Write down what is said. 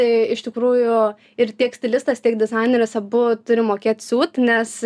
tai iš tikrųjų ir tiek stilistas tiek dizaineris abu turi mokėt siūt nes